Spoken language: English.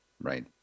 Right